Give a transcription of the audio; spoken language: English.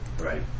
Right